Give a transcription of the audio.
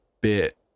bit